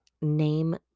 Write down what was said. name